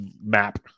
map